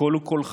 הקול הוא קולך,